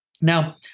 Now